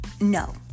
no